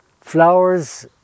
flowers